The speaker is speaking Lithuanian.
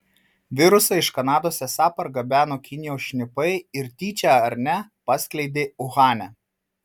virusą iš kanados esą pargabeno kinijos šnipai ir tyčia ar ne paskleidė uhane